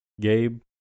Gabe